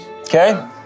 Okay